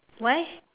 why